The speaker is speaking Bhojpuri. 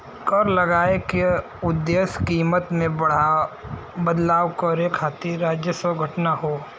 कर लगाये क उद्देश्य कीमत में बदलाव करे खातिर राजस्व जुटाना हौ